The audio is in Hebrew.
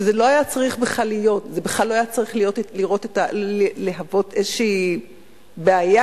זה בכלל לא היה צריך להוות איזו בעיה